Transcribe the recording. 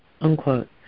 unquote